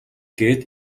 гээд